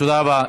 תודה רבה.